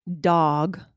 dog